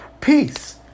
peace